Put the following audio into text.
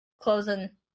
closing